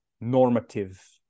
normative